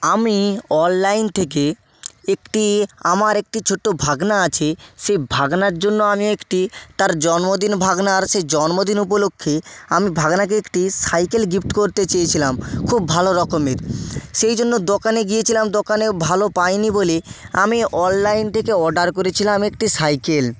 আমি অনলাইন থেকে একটি আমার একটি ছোট্ট ভাগনা আছে সেই ভাগনার জন্য আমি একটি তার জন্মদিন ভাগনার সেই জন্মদিন উপলক্ষ্যে আমি ভাগনাকে একটি সাইকেল গিফট করতে চেয়েছিলাম খুব ভালো রকমের সেই জন্য দোকানে গিয়েছিলাম দোকানে ভালো পাইনি বলে আমি অনলাইন থেকে অর্ডার করেছিলাম একটি সাইকেল